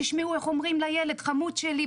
תשמעו איך אומרים לילד 'חמוד שלי,